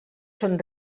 són